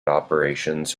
operations